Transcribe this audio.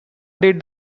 did